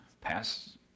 pass